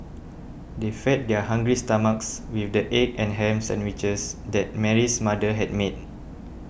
they fed their hungry stomachs with the egg and ham sandwiches that Mary's mother had made